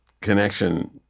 connection